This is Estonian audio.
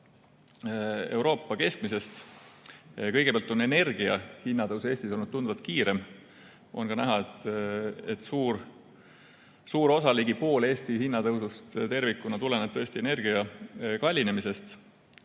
euroala keskmisest. Kõigepealt on energia hinna tõus Eestis olnud tunduvalt kiirem. On ka näha, et suur osa, ligi pool Eesti hinnatõusust tervikuna tuleneb tõesti energia kallinemisest.